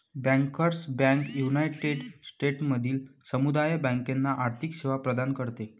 bankers bank United स्टेट्समधील समुदाय बँकांना आर्थिक सेवा प्रदान करते